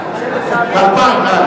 ב-2000.